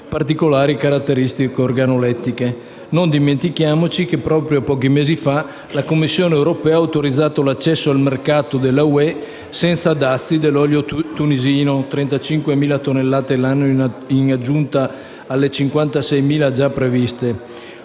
particolari caratteristiche organolettiche. Non dimentichiamoci che, proprio pochi mesi fa, la Commissione europea ha autorizzato l'accesso al mercato dell'Unione europea, senza dazi, dell'olio tunisino: 35.000 tonnellate l'anno, in aggiunta alle 56.000 già previste.